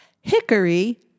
Hickory